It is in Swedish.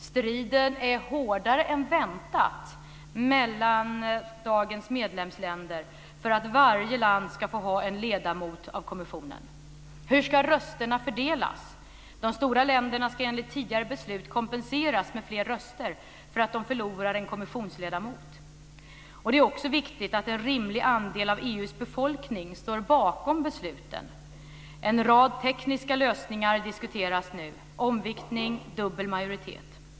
Striden är hårdare än väntat mellan dagens medlemsländer för att varje land ska få ha en ledamot i kommissionen. Hur ska rösterna fördelas? De stora länderna ska enligt tidigare beslut kompenseras med fler röster för att de förlorar en kommissionsledamot. Det är också viktigt att en rimlig andel av EU:s befolkning står bakom besluten. En rad tekniska lösningar diskuteras nu, t.ex. omviktning och dubbel majoritet.